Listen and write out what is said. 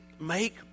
make